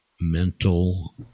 mental